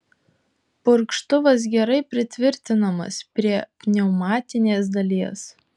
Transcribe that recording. purkštuvas gerai pritvirtinamas prie pneumatinės dalies